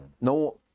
no